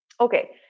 Okay